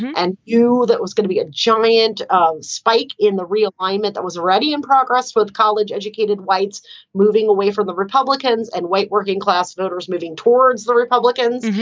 and you. that was going to be a giant um spike in the realignment that was already in progress with college educated whites moving away from the republicans and white working class voters moving towards the republicans,